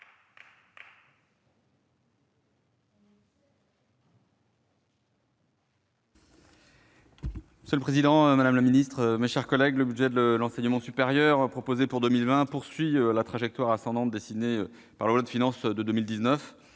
Monsieur le président, madame la ministre, mes chers collègues, le budget de l'enseignement supérieur proposé pour 2020 poursuit la trajectoire ascendante dessinée par la loi de finances pour 2019